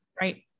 right